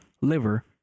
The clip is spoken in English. liver